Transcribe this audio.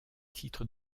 titres